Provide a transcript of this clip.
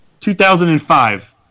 2005